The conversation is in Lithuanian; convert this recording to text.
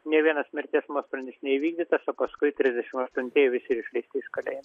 nė vienas mirties nuosprendis neįvykdytas o paskui trisdešimt aštuntieji visi išleisti iš kalėjimo